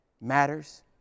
matters